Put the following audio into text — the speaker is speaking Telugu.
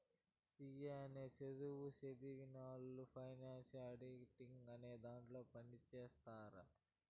సి ఏ అనే సధువు సదివినవొళ్ళు ఫైనాన్స్ ఆడిటింగ్ అనే దాంట్లో పని చేత్తారు